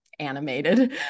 Animated